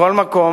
מכל מקום,